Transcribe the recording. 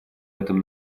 этом